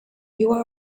you